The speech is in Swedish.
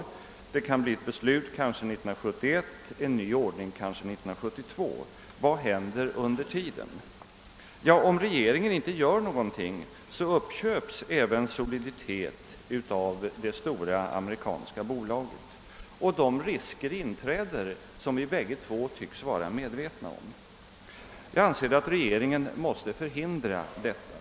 Det kanske sedan kan fattas ett beslut 1971 och en ny ordning träda i kraft 1972. Vad händer under tiden? Om regeringen inte gör någonting uppköps AB Soliditet av det stora amerikanska bolaget och de risker inträder som både justitieministern och jag tycks vara medvetna om. Jag anser att regeringen måste förhindra detta.